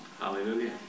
Hallelujah